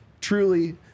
truly –